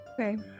Okay